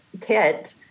kit